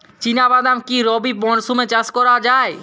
চিনা বাদাম কি রবি মরশুমে চাষ করা যায়?